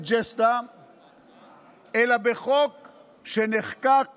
אלא בחוק שנחקק